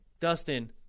Dustin